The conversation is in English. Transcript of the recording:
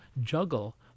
juggle